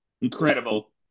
Incredible